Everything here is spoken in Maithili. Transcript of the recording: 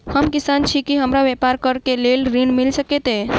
हम किसान छी की हमरा ब्यपार करऽ केँ लेल ऋण मिल सकैत ये?